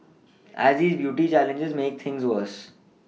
as these beauty challenges make things worse